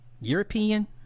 European